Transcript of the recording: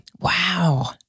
Wow